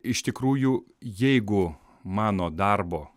iš tikrųjų jeigu mano darbo